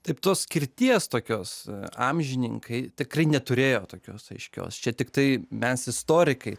taip tos skirties tokios amžininkai tikrai neturėjo tokios aiškios čia tiktai mes istorikai